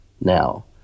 now